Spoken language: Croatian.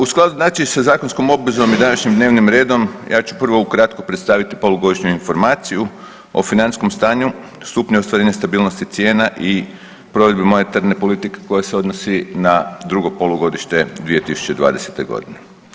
U skladu, znači sa zakonskom obvezom i današnjim dnevnom redom, ja ću prvo ukratko predstaviti polugodišnju informaciju o financijskom stanju, stupnju ostvarenja stabilnosti cijena i provedbi monetarne politike koja se odnosi na drugo polugodište 2020.g.